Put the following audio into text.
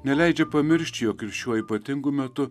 neleidžia pamiršti jog ir šiuo ypatingu metu